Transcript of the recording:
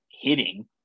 hitting